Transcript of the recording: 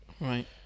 Right